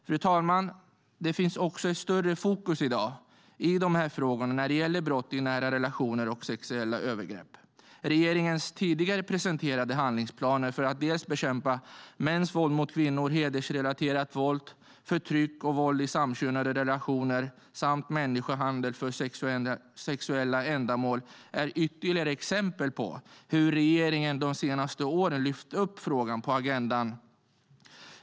Fru talman! Det finns också ett större fokus i dag när det gäller brott i nära relationer och sexuella övergrepp. Regeringens tidigare presenterade handlingsplaner för att bekämpa mäns våld mot kvinnor, hedersrelaterat våld, förtryck och våld i samkönade relationer samt människohandel för sexuella ändamål är ytterligare exempel på hur regeringen de senaste åren lyft upp frågan på agendan.